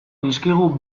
dizkigu